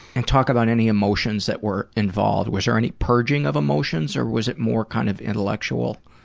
and talk about any emotions that were involved. was there any purging of emotions, or was it more kind of intellectual?